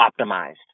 optimized